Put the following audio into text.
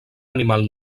animal